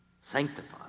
sanctified